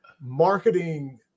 marketing